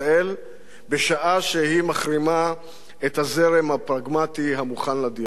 בשעה שהיא מחרימה את הזרם הפרגמטי המוכן לדיאלוג.